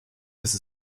ist